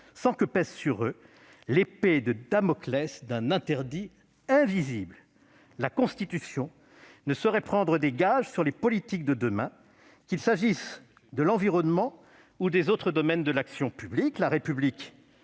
sans que pèse sur eux l'épée de Damoclès d'un interdit invisible. La Constitution ne saurait prendre des gages sur les politiques de demain, qu'il s'agisse de l'environnement ou des autres domaines de l'action publique.